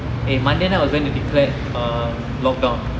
eh monday night was going to declared err lockdown